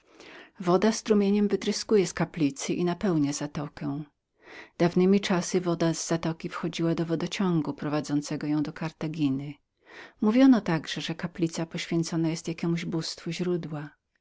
woda strumieniem wytryskiwała z kaplicy i napełniała zatokę dawnemi czasy woda z zatoki wchodziła do wodociągu prowadzącego ją do kartaginy mówiono także że kaplica poświęconą była jakiemuś bóstwabóstwu źródła